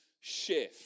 shift